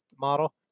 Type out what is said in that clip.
model